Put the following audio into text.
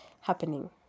happening